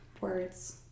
Words